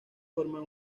forman